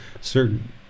certain